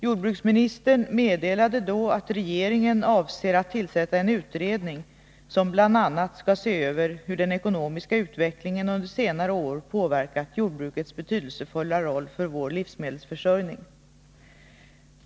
Jordbruksministern meddelade då att regeringen avser att tillsätta en utredning som bl.a. skall se över hur den ekonomiska utvecklingen under senare år påverkat jordbrukets betydelsefulla roll för vår livsmedelsförsörjning.